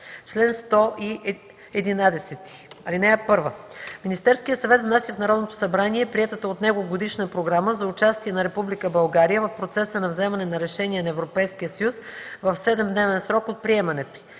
„Чл. 111. (1) Министерският съвет внася в Народното събрание приетата от него Годишна програма за участие на Република България в процеса на вземане на решения на Европейския съюз в 7-дневен срок от приемането